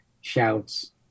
shouts